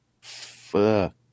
Fuck